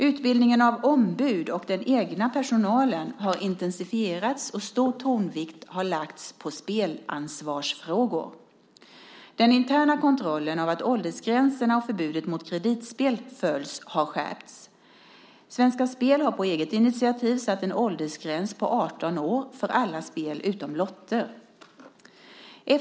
Utbildningen av ombud och den egna personalen har intensifierats och stor tonvikt läggs på spelansvarsfrågor. Den interna kontrollen av att åldersgränserna och förbudet mot kreditspel följs har skärpts. Svenska Spel har på eget initiativ satt en åldersgräns på 18 år för alla spel utom lotter.